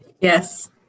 yes